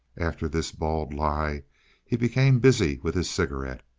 after this bald lie he became busy with his cigarette.